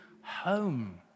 home